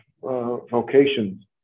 vocations